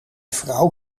vrouw